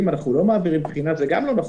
אנחנו לא מעבירים בחינה גם זה לא נכון.